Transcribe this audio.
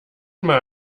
mal